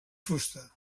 fusta